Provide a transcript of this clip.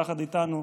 יחד איתנו,